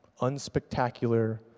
unspectacular